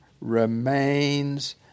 remains